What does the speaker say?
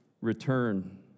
return